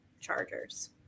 Chargers